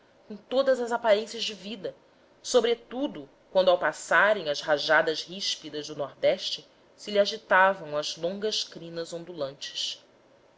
com todas as aparências de vida sobretudo quando ao passarem as rajadas ríspidas do nordeste se lhe agitavam as longas crinas